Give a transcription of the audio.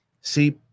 see